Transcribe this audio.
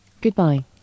goodbye